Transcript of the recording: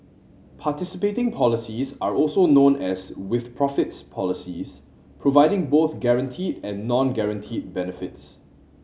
participating policies are also known as with profits policies providing both guaranteed and non guaranteed benefits